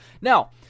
Now